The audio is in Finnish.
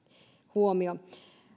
huomio